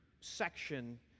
section